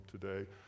today